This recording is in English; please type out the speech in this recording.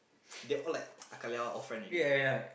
they all like all friend already